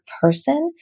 person